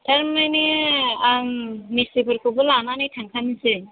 थारमानि आं मिस्ट्रिफोरखौबो लानानै थांखानोसै